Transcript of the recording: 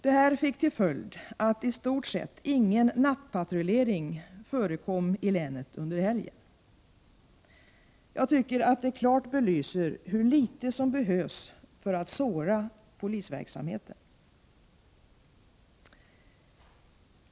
Detta fick till följd att i stort sett ingen nattpatrullering förekom i länet under helgen. Jag tycker att detta klart belyser hur litet som behövs för att såra polisverkamheten.